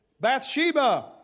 Bathsheba